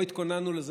לא התכוננו לזה,